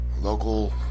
Local